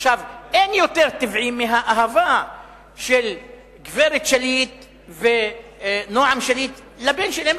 אין יותר טבעי מהאהבה של גברת שליט ונועם שליט לבן שלהם.